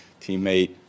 teammate